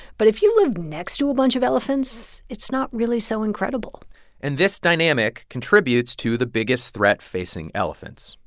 but if you live next to a bunch of elephants, it's not really so incredible and this dynamic contributes to the biggest threat facing elephants,